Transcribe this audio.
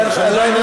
לא, אין לך.